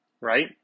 right